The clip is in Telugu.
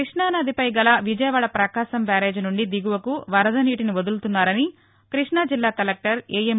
క్బష్టానదిపై గల విజయవాడ ప్రకాశం బ్యారేజ్ నుండి దిగువకు వరదనీటిని వదులుతున్నామని క్బష్టాజిల్లా కలెక్లర్ ఏ ఎం